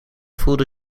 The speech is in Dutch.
voelde